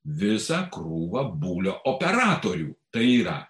visa krūva bulio operatorių tai yra